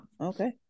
okay